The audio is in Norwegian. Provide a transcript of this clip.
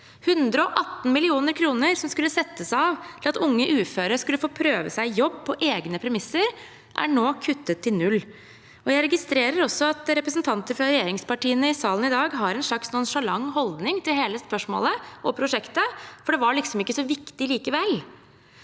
118 mill. kr, som skulle settes av til at unge uføre skulle få prøve seg i jobb på egne premisser, er nå kuttet til 0. Jeg registrerer også at representanter fra regjeringspartiene i salen i dag har en slags nonchalant holdning til hele spørsmålet og prosjektet, for det var liksom ikke så viktig likevel.